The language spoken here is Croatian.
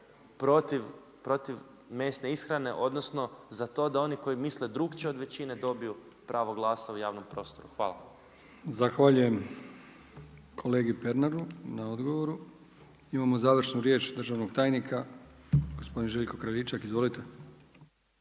protiv mesne ishrane odnosno za to da oni koji misle drukčije od većine dobiju pravo glasa u javnom prostoru. Hvala. **Brkić, Milijan (HDZ)** Zahvaljujem kolegi Pernaru na odgovoru. Imamo završnu riječ državnog tajnika, gospodin Željko Kraljičak. Izvolite.